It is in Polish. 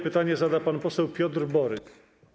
Pytanie zada pan poseł Piotr Borys.